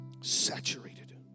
saturated